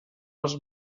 els